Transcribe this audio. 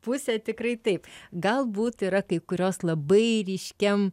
pusė tikrai taip galbūt yra kai kurios labai ryškiam